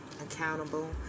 accountable